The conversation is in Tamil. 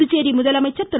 புதுச்சேரி முதலமைச்சர் திரு